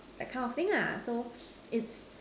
that kind of thing ah so it's